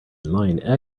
line